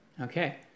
Okay